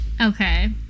Okay